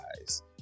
eyes